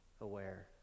aware